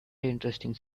interesting